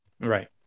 Right